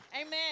Amen